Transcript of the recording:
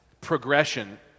progression